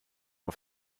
auf